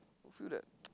I feel that